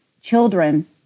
children